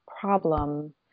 problem